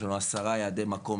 יש לנו עשרה יעדי מקום,